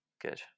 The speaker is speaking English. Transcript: Good